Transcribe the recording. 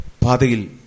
Padil